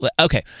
Okay